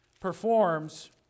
performs